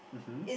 mmhmm